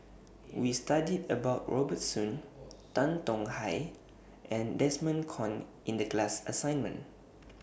We studied about Robert Soon Tan Tong Hye and Desmond Kon in The class assignment